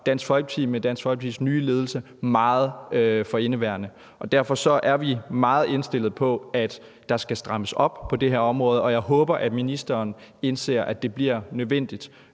Dansk Folkeparti med Dansk Folkepartis nye ledelse meget for indeværende. Derfor er vi meget indstillet på, at der skal strammes op på det her område, og jeg håber, at ministeren indser, at det bliver nødvendigt